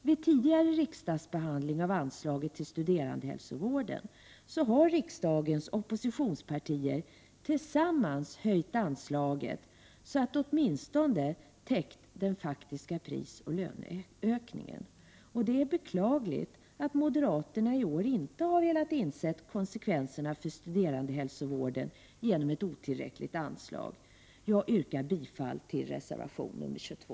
Vid tidigare riksdagsbehandling av anslaget till studerandehälsovården har riksdagens oppositionspartier tillsammans höjt anslaget så att det åtminstone har täckt den faktiska prisoch löneökningen. Det är beklagligt att moderaterna i år inte har velat inse konsekvenserna för studerandehälsovården genom ett otillräckligt anslag. Jag yrkar bifall till reservation 22.